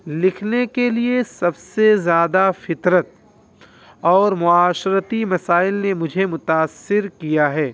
لکھنے کے لیے سب سے زیادہ فطرت اور معاشرتی مسائل نے مجھے متاثر کیا ہے